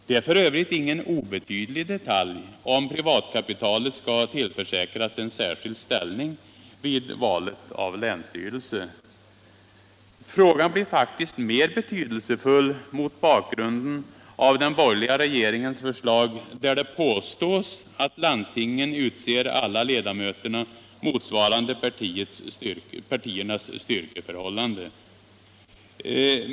Det är f. ö. ingen obetydlig detalj om privatkapitalet skall tillförsäkras en särskild ställning i valet av länsstyrelse. Frågan blir faktiskt mer betydelsefull mot bakgrunden av den borgerliga regeringens förslag, där det påstås att landstingen utser alla ledamöterna motsvarande partiernas styrkeförhållande.